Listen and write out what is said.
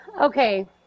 Okay